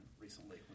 Recently